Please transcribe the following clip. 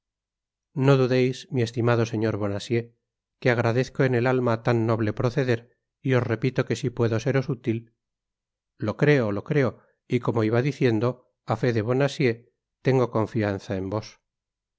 no dudeis mi estimado señor bonacieux que agradezco en el alma tan noble proceder y os repito que si puedo seros útil lo creo lo creo y como iba diciendo á fe de bonacieux lengo confianza en vos